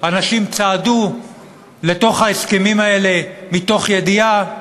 אנשים צעדו לתוך ההסכמים האלה מתוך ידיעה.